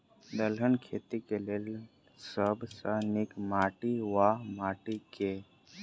दलहन खेती केँ लेल सब सऽ नीक माटि वा माटि केँ?